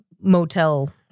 motel